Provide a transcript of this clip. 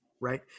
right